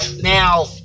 Now